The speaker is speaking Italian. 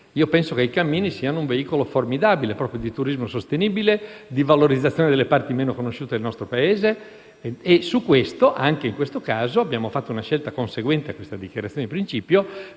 Penso che i cammini siano un veicolo formidabile per il turismo sostenibile e la valorizzazione delle parti meno conosciute del nostro Paese. E penso che abbiamo fatto una scelta conseguente a questa dichiarazione di principio,